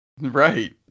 Right